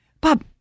Bob